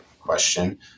question